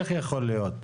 איך יכול להיות?